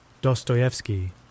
dostoevsky